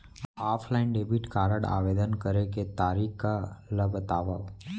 Offline debit card आवेदन करे के तरीका ल बतावव?